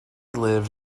lived